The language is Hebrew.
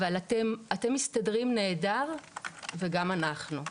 אבל אתם מסתדרים נהדר וגם אנחנו.